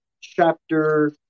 chapter